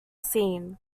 scene